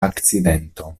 akcidento